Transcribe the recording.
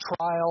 trial